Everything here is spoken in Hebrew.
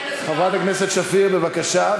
חברת הכנסת שפיר, בבקשה.